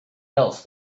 else